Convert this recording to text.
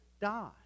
die